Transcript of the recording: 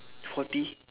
forty